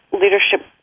leadership